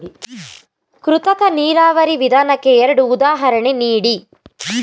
ಕೃತಕ ನೀರಾವರಿ ವಿಧಾನಕ್ಕೆ ಎರಡು ಉದಾಹರಣೆ ನೀಡಿ?